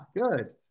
good